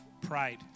pride